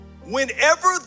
Whenever